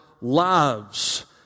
lives